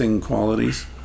qualities